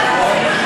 התקבלה.